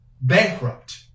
bankrupt